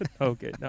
Okay